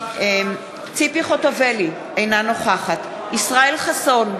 בהצבעה ציפי חוטובלי, אינה נוכחת ישראל חסון,